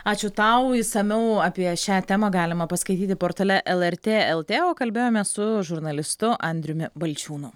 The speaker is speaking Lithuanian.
ačiū tau išsamiau apie šią temą galima paskaityti portale lrt lt o kalbėjome su žurnalistu andriumi balčiūnu